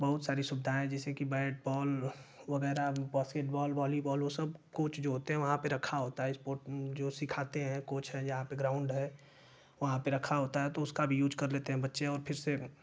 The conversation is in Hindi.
बहुत सारी सुविधाएँ जैसे कि बैट बॉल वगैरह बास्केटबॉल वालीबाल वो सब कोच जो होते हैं वहाँ पर रखा होता है स्पोर्ट जो सिखाते हैं कोच है यहाँ पर ग्राउंड है वहाँ पर रखा होता है तो उसका भी यूज कर लेते हैं बच्चे और फिर से